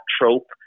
trope